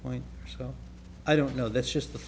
point so i don't know that's just the